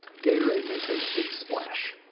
gatorade makes a big splash.